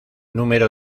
número